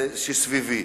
שסביבי.